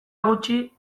gutxi